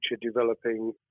developing